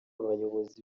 abayobozi